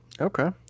Okay